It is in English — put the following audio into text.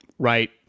Right